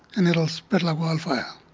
and it'll spread like wildfire.